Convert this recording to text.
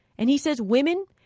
and he says, women,